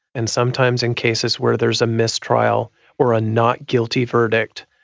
and sometimes in cases where there's a mistrial or a not guilty verdict,